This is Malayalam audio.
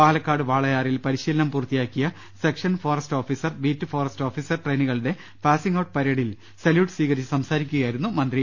പാലക്കാട് വാ ളയാറിൽ പരിശീലനം പൂർത്തിയാക്കിയ section forest officer beat forest officer ട്രെയിനികളുടെ പാസിംഗ് ഔട്ട് പ്രർഡിൽ സല്യൂട്ട് സ്വീകരിച്ചു സംസാരിക്കുകയായിരുന്നു മന്ത്രി